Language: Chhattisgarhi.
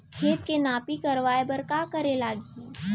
खेत के नापी करवाये बर का करे लागही?